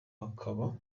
akaba